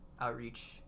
outreach